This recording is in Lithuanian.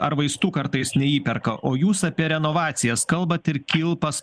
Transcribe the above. ar vaistų kartais neįperka o jūs apie renovacijas kalbat ir kilpas